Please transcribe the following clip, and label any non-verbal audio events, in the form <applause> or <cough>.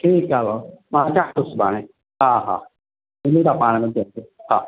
ठीकु आहे भाउ मां अचां थो सुभाणे हा हा मिलूं था पाण में <unintelligible> हा